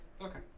Okay